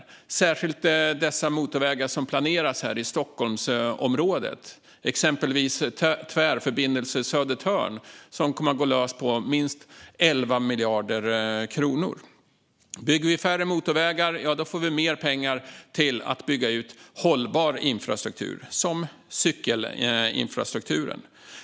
Det gäller särskilt de motorvägar som planeras här i Stockholmsområdet, exempelvis Tvärförbindelse Södertörn som kommer att kosta minst 11 miljarder kronor. Bygger man färre motorvägar får man mer pengar till att bygga ut hållbar infrastruktur, som cykelinfrastrukturen.